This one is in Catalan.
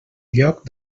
lloc